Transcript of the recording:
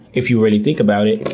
if you really think about it,